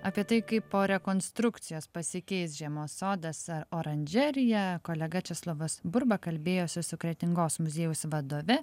apie tai kaip po rekonstrukcijos pasikeis žiemos sodas ar oranžerija kolega česlovas burba kalbėjosi su kretingos muziejaus vadove